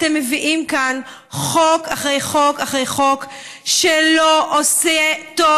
אתם מביאים כאן חוק אחרי חוק אחרי חוק שלא עושה טוב